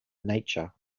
nature